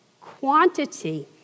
quantity